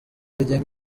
rigenga